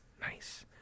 nice